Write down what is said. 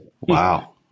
Wow